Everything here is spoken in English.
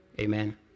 Amen